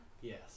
Yes